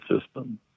system